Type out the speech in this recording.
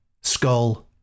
Skull